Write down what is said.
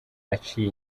aciye